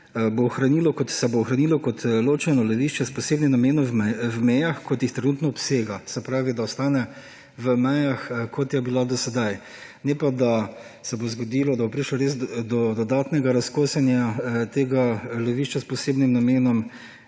ohranilo kot ločeno lovišče s posebnim namenom v mejah, kot jih trenutno obsega, se pravi, da ostane v mejah, kot je bilo do sedaj, ne pa, da bo res prišlo do dodatnega razkosanja tega lovišča s posebnim namenom